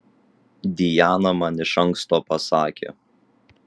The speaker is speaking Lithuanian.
diana man iš anksto pasakė